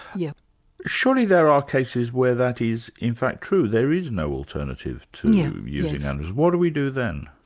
yeah surely there are cases where that is in fact true, there is no alternative to using animals. what do we do then?